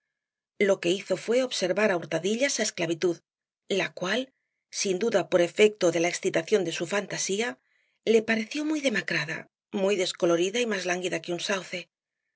lo que hizo fué observar á hurtadillas á esclavitud la cual sin duda por efecto de la excitación de su fantasía le pareció muy demacrada muy descolorida y más lánguida que un sauce